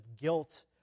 guilt